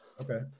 Okay